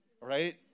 Right